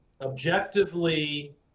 objectively